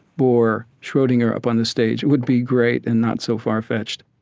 bohr, schrodinger up on the stage would be great and not so far-fetched